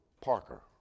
Parker